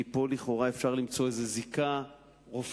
כי פה לכאורה אפשר למצוא זיקה רופפת.